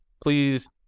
please